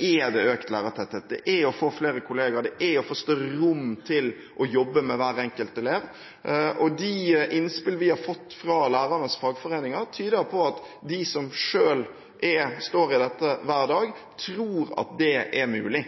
er det økt lærertetthet, det er å få flere kolleger, det er å få større rom til å jobbe med hver enkelt elev. De innspillene vi har fått fra lærernes fagforeninger, tyder på at de som selv står i dette hver dag, tror at det er mulig.